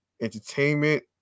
entertainment